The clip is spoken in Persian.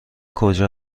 کجا